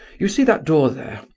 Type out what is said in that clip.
you see that door there?